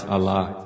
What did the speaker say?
Allah